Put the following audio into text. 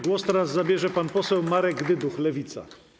Głos teraz zabierze pan poseł Marek Dyduch, Lewica.